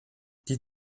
die